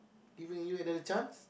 you mean you have the chance